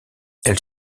elle